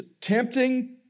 tempting